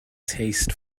taste